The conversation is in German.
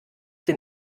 den